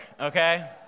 okay